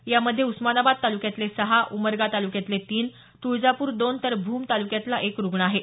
यामध्ये उस्मानाबाद तालुक्यातले सहा उमरगा तालुक्यातले तीन तुळजापूर दोन तर भूम तालुक्यातला एक रुग्ण आहे